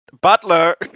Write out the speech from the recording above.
Butler